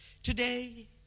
Today